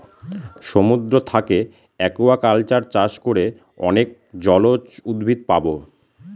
সমুদ্র থাকে একুয়াকালচার চাষ করে অনেক জলজ উদ্ভিদ পাবো